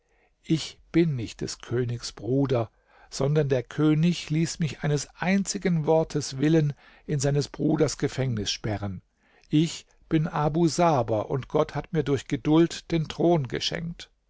ich bin nicht des königs bruder sondern der könig ließ mich eines einzigen wortes willen in seines bruders gefängnis sperren ich bin abu saber und gott hat mir durch geduld den thron geschenkt